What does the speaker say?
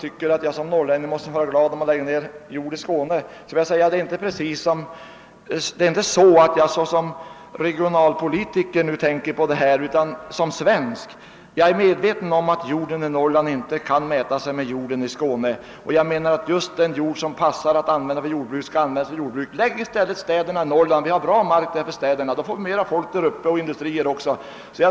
Med anledning av statsrådets påpekande att jag borde vara glad om det läggs ned jord i Skåne vill jag säga att jag inte ser på denna fråga såsom regionalpolitiker utan som svensk. Jag är medveten om att jorden i Norrland inte kan mäta sig med jorden i Skåne. Jag menar att den jord som kan användas för jordbruksproduktion skall utnyttjas för detta ändamål. Lägg i stället städerna i Norrland! Vi har där god mark för stadsbebyggelse. Då får vi också mera folk och även industrier däruppe.